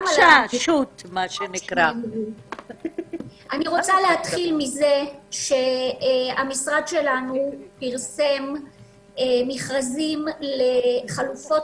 אני רוצה להתחיל מזה שהמשרד שלנו פרסם מכרזים לחלופות